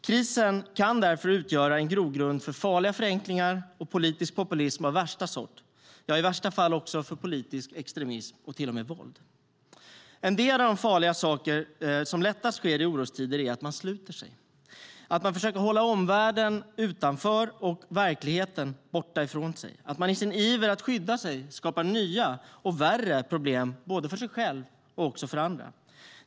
Kriser kan därför utgöra en grogrund för farliga förenklingar och politisk populism av värsta sort, i värsta fall också för politisk extremism och till och med våld. En av de farliga saker som lättast sker i orostider är att man sluter sig - att man försöker hålla omvärlden och verkligheten från sig och att man i sin iver att skydda sig skapar nya och värre problem både för sig själv och för andra.